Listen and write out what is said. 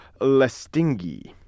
Lestingi